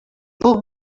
puc